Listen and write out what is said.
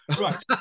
Right